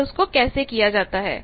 और उसको कैसे किया जाता है